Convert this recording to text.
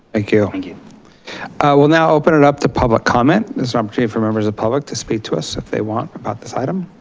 thank yeah thank you, i will now open it up to public comment. it's um time for members of public to speak to us if they want about this item.